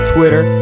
Twitter